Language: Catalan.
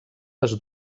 les